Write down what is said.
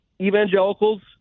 evangelicals